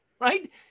right